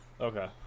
Okay